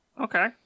okay